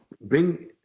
Bring